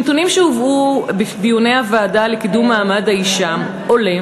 מנתונים שהובאו בדיוני הוועדה לקידום מעמד האישה עולה